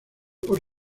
por